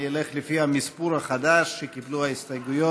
אני אלך לפי המספור החדש שקיבלו ההסתייגויות